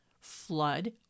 Flood